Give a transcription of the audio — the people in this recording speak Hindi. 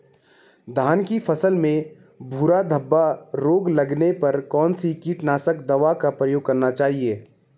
धान की फसल में भूरा धब्बा रोग लगने पर कौन सी कीटनाशक दवा का उपयोग करना चाहिए?